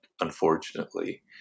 unfortunately